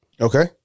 Okay